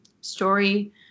story